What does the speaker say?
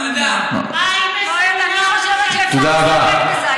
תודה רבה.